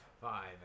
Five